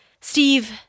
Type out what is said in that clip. Steve